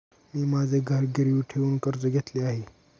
मी माझे घर गिरवी ठेवून कर्ज घेतले आहे